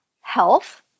health